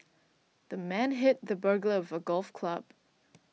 the man hit the burglar with a golf club